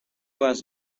was